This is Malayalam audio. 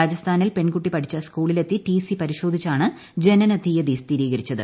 രാജസ്ഥാനിൽ പെൺകുട്ടി പഠിച്ച സ്കൂളിലെത്തി ടി സി പരിശോധിച്ചാണ് ജനനതീയതി സ്ഥിരീകരിച്ചത്